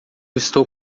estou